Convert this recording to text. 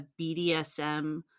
BDSM